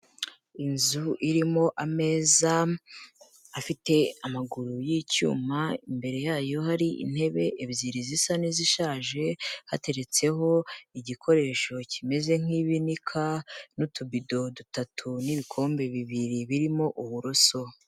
Inzu irimo ameza afite amaguru y'icyuma, imbere yayo hari intebe ebyiri zisa n'izishaje hateretseho igikoresho kimeze nk'ibinika n'utubido dutatu n'ibikombe bibiri birimo uburoso.